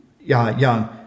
Young